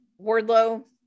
Wardlow